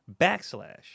backslash